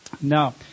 Now